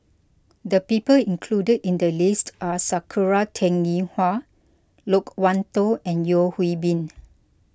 the people included in the list are Sakura Teng Ying Hua Loke Wan Tho and Yeo Hwee Bin